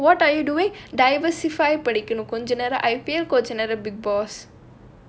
and then what are you doing diversify படிக்கனும் கொஞ்ச நேரம்:padikkanum konja neram I_P_L கொஞ்ச நேரம்:konja neram bigg boss